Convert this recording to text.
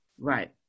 Right